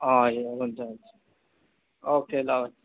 अँ हुन्छ हुन्छ ओके ल